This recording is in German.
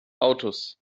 autos